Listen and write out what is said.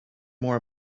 more